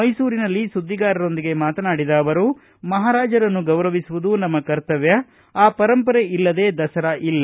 ಮೈಸೂರಿನಲ್ಲಿ ಸುದ್ದಿಗಾರರೊಂದಿಗೆ ಮಾತನಾಡಿದ ಅವರು ಮಹಾರಾಜರನ್ನು ಗೌರವಿಸುವುದು ನಮ್ಮ ಕರ್ತವ್ಯ ಆ ಪರಂಪರೆ ಇಲ್ಲದೆ ದಸರಾ ಇಲ್ಲ